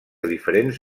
diferents